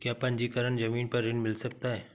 क्या पंजीकरण ज़मीन पर ऋण मिल सकता है?